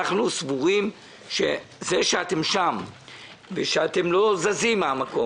אנחנו סבורים שזה שאתם שם ושאתם לא זזים מהמקום